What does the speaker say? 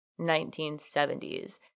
1970s